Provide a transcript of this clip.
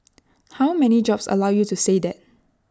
how many jobs allow you to say that